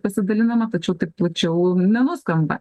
pasidalinama tačiau taip plačiau nenuskamba